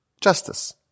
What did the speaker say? justice